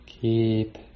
Keep